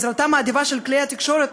בהסתכלות על כלל האוכלוסייה.